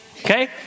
Okay